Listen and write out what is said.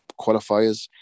qualifiers